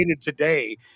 today